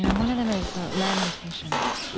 you know one of them is lamentations.